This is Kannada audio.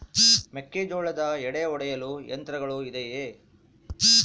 ಮೆಕ್ಕೆಜೋಳದ ಎಡೆ ಒಡೆಯಲು ಯಂತ್ರಗಳು ಇದೆಯೆ?